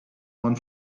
one